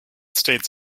states